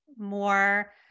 more